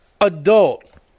adult